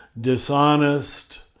dishonest